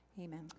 Amen